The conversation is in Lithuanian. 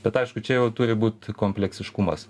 bet aišku čia jau turi būt kompleksiškumas